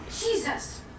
Jesus